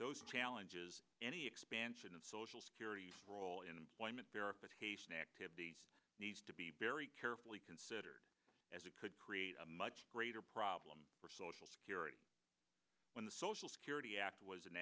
those challenges any expansion of social security role in employment verification needs to be very carefully considered as it could create a much greater problem for social security when the social security act was